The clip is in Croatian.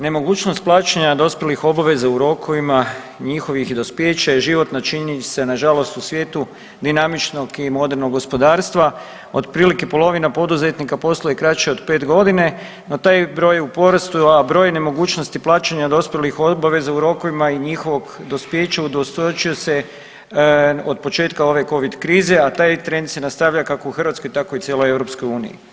Nemogućnost plaćanja dospjelih obveza u rokovima, njihovih dospijeća i životna činjenica nažalost u svijetu dinamičnog i modernog gospodarstva otprilike polovina poduzetnika posluje kraće od pet godina, no taj broj je u porastu, a brojne mogućnosti plaćanja dospjelih obaveza u rokovima i njihovog dospijeća udvostručio se od početka ove covid krize, a taj trend se nastavlja kako u Hrvatskoj tako i u cijeloj EU.